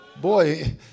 Boy